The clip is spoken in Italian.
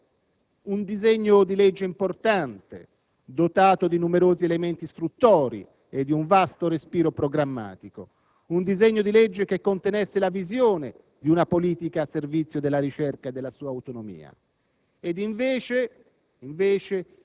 Ci aspettavamo allora un disegno di legge importante, dotato di numerosi elementi istruttori e di un vasto respiro programmatico; un disegno di legge che contenesse la visione di una politica al servizio della ricerca e della sua autonomia.